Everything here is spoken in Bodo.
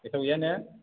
गेसाव गैया ने